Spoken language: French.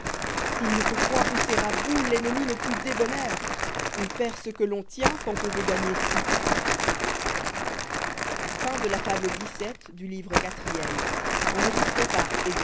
il ne faut point pousser à bout l'ennemi le plus débonnaire on perd ce que l'ou tient quand on veut gagner tout